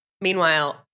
Meanwhile